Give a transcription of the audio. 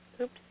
Oops